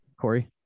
Corey